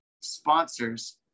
sponsors